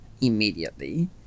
Immediately